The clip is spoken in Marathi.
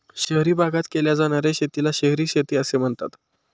शहरी भागात केल्या जाणार्या शेतीला शहरी शेती असे म्हणतात